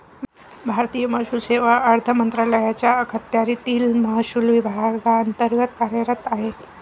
भारतीय महसूल सेवा अर्थ मंत्रालयाच्या अखत्यारीतील महसूल विभागांतर्गत कार्यरत आहे